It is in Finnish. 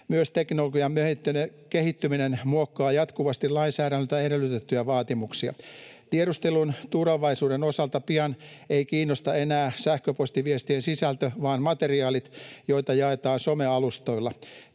Myös teknologian kehittyminen muokkaa jatkuvasti lainsäädännöltä edellytettyjä vaatimuksia. Tiedustelun tulevaisuuden osalta pian ei kiinnosta enää sähköpostiviestien sisältö vaan materiaalit, joita jaetaan somealustoilla.